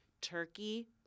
turkey